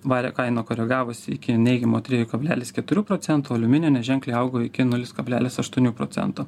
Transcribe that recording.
vario kaina koregavosi iki neigiamo trijų kablelis keturių procentų o aliuminio neženkliai augo iki nulis kablelis aštuonių procentų